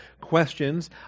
questions